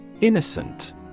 Innocent